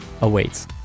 awaits